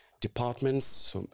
departments